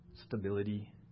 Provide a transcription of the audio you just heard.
stability